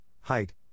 height